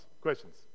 questions